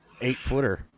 eight-footer